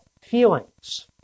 feelings